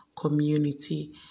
community